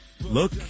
Look